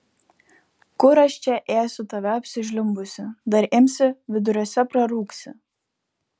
kur aš čia ėsiu tave apsižliumbusį dar imsi viduriuose prarūgsi